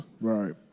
Right